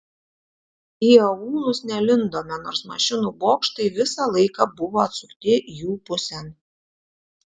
į aūlus nelindome nors mašinų bokštai visą laiką buvo atsukti jų pusėn